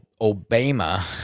Obama